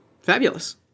Fabulous